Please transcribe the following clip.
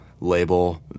label